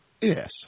Yes